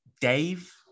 Dave